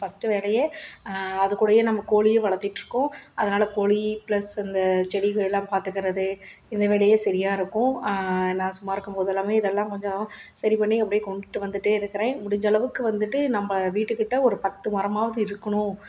first வேலையே அதுகூடயே நம்ம கோழியும் வளர்த்திட்டு இருக்கோம் அதனால கோழி ப்ளஸ் இந்த செடிகள் எல்லாம் பார்த்துக்குறது இந்த வேலையே சரியா இருக்கும் நான் சும்மா இருக்கும் போது எல்லாமே இதெல்லாம் கொஞ்சம் சரி பண்ணி அப்படே கொண்டுட்டு வந்துட்டே இருக்கிறேன் முடிஞ்சளவுக்கு வந்துட்டு நம்ம வீட்டுக்கிட்ட ஒரு பத்து மரமாவது இருக்கணும்